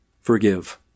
Forgive